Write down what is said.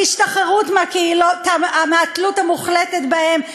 להשתחררות מהתלות המוחלטת בהם,